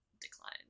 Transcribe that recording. decline